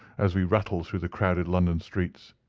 as we rattled through the crowded london streets.